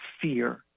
fear